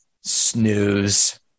Snooze